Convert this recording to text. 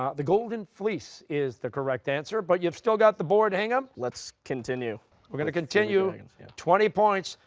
um the golden fleece is the correct answer, but you've still got the board, hingham. let's continue. costa we're going to continue and and for yeah twenty points.